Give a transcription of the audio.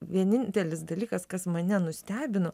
vienintelis dalykas kas mane nustebino